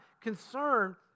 Concern